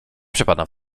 przepadam